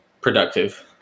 productive